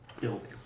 building